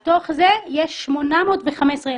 כאשר מתוך זה יש 815 ילדים.